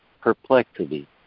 perplexity